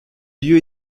lieu